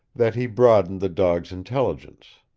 that he broadened the dog's intelligence.